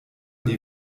die